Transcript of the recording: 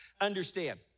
understand